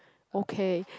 okay